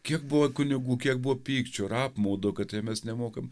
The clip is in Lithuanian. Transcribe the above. kiek buvo kunigų kiek buvo pykčio ir apmaudo kad mes nemokam